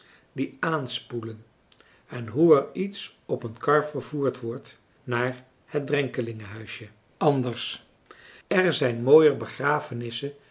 die aanspoelen en hoe er iets op een kar vervoerd françois haverschmidt familie en kennissen wordt naar het drenkelingenhuisje anders er zijn mooier begrafenissen